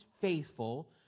faithful